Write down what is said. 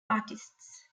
artists